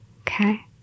okay